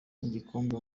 n’igikombe